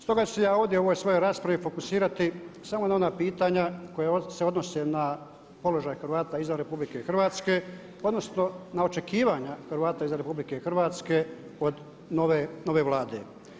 Stoga ću se ja ovdje u ovoj svojoj raspravi fokusirati samo na ona pitanja koja se odnose na položaj Hrvata izvan RH odnosno na očekivanja Hrvata iz RH od nove Vlade.